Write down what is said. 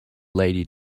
lady